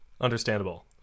understandable